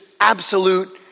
absolute